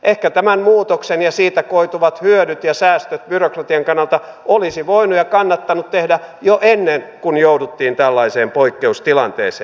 ehkä tämän muutoksen ja siitä koituvat hyödyt ja säästöt byrokratian kannalta olisi voinut ja kannattanut tehdä jo ennen kuin jouduttiin tällaiseen poikkeustilanteeseen